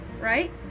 right